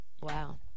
Wow